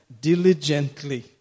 diligently